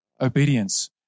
obedience